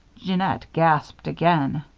jeannette gasped again.